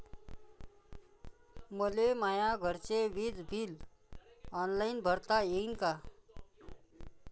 मले माया घरचे विज बिल ऑनलाईन भरता येईन का?